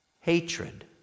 hatred